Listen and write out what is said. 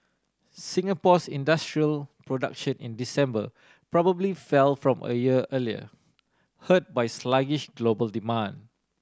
Singapore's industrial production in December probably fell from a year earlier hurt by sluggish global demand